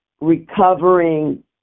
recovering